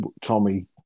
Tommy